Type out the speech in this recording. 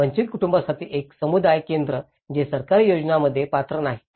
वंचित कुटुंबांसाठी एक समुदाय केंद्र जे सरकारी योजनांमध्ये पात्र नाहीत